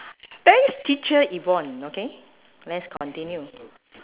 thanks teacher yvonne okay let's continue